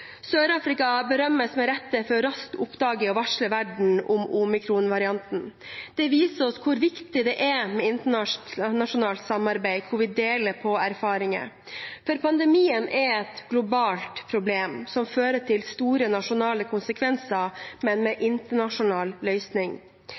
berømmes, med rette, for raskt å oppdage og varsle verden om omikronvarianten. Det viser oss hvor viktig det er med internasjonalt samarbeid, der vi deler erfaringer, for pandemien er et globalt problem som fører til store nasjonale konsekvenser, men